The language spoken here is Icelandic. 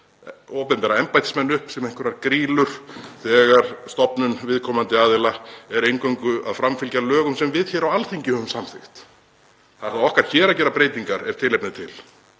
opinbera embættismenn upp sem einhverjar grýlur þegar stofnun viðkomandi aðila er eingöngu að framfylgja lögum sem við á Alþingi höfum samþykkt. Það er þá okkar hér að gera breytingar ef tilefni er til.